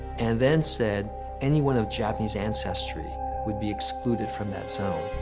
and then said anyone of japanese ancestry would be excluded from that zone.